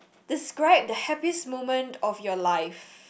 describe the happiest moment of your life